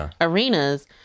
arenas